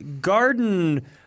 garden